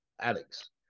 alex